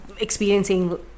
experiencing